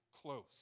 close